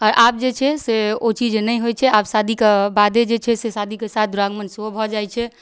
आओर आब जे छै से ओ चीज नहि होइ छै आब शादीके बादे जे छै से शादीके साथ दुरागमन सेहो भऽ जाइ छै